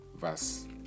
verse